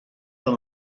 par